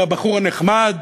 והבחור הנחמד,